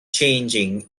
changing